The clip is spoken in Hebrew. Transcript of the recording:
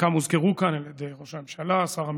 חלקם הוזכרו כאן על ידי ראש הממשלה, שר המשפטים,